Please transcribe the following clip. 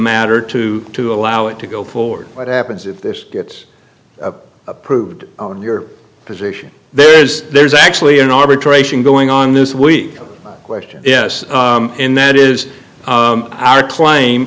matter to to allow it to go forward what happens if this gets a approved on your position there is there's actually an arbitration going on this week question yes and that is our claim